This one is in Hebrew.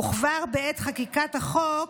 כבר בעת חקיקת החוק,